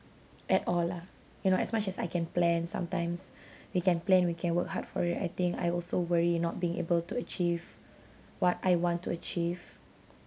at all lah you know as much as I can plan sometimes we can plan we can work hard for it I think I also worry not being able to achieve what I want to achieve